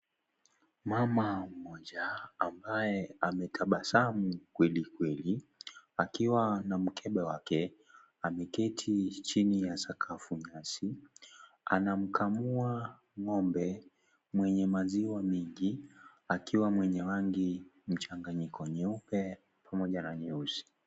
Mama mmoja ambaye ametabasamu kweli kweli akiwa na mkebe wake, ameketi chini ya sakafu nyasi, anamkamua ng'ombe mwenye maziwa mingi, akiwa mwenye rangi mchanganyiko nyeupe pamoja na nyeusi.